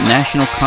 National